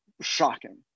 shocking